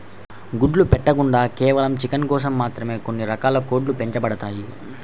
గుడ్లు పెట్టకుండా కేవలం చికెన్ కోసం మాత్రమే కొన్ని రకాల కోడ్లు పెంచబడతాయి